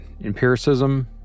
Empiricism